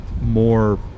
more